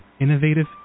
innovative